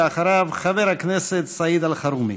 אחריו, חבר הכנסת סעיד אלחרומי.